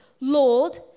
Lord